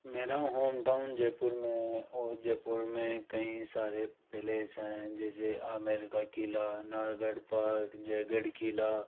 मेरा home town Jaipur में है और जयपुर में कई सारे पैलेस हैं जैसे आमेर का किला नारगढ़ पार्क जयगढ़ किला